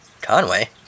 Conway